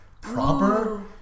proper